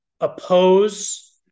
oppose